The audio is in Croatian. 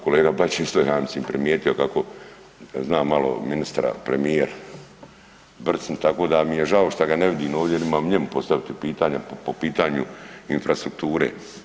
Kolega Bačić je isto ja mislim primijetio kako zna malo ministra premijer brcnut tako da mi je žao šta ga ne vidim ovdje jer imam njemu postaviti pitanja po pitanju infrastrukture.